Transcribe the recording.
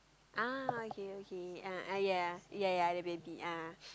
ah okay okay ah uh ya ya ya ya the baby ya